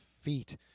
Feet